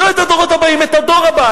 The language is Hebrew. לא את הדורות הבאים, את הדור הבא.